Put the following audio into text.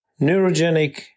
Neurogenic